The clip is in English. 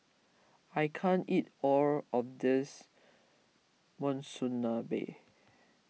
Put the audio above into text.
I can't eat all of this Monsunabe